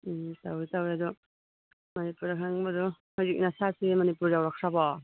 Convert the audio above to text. ꯎꯝ ꯇꯧꯏ ꯇꯧꯏ ꯑꯗꯣ ꯃꯅꯤꯄꯨꯔ ꯈꯪꯅꯤꯡꯕꯗꯣ ꯍꯧꯖꯤꯛ ꯅꯁꯥꯁꯦ ꯃꯅꯤꯄꯨꯔ ꯌꯧꯔꯛꯈ꯭ꯔꯕꯣ